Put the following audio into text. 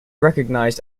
recognised